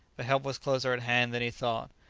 but help was closer at hand than he thought.